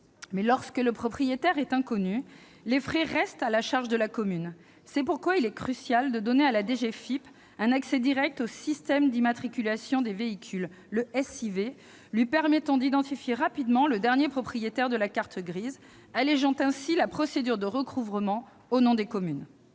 mais, lorsque le propriétaire est inconnu, les frais restent à la charge de la commune. C'est pourquoi il est crucial de donner à la DGFiP un accès direct au système d'immatriculation des véhicules, le SIV, lui permettant d'identifier rapidement le dernier propriétaire de la carte grise, allégeant ainsi la procédure de recouvrement au nom des communes.